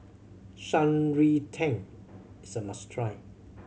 Shan Rui Tang is a must try